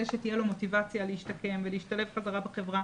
שתהיה לו מוטיבציה להשתקם ולהשתלב חזרה בחברה